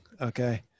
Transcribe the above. Okay